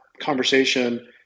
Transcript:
conversation